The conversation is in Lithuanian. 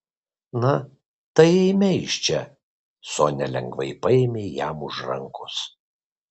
na tai eime iš čia sonia lengvai paėmė jam už rankos